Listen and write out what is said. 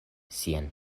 sian